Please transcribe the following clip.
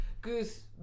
Goose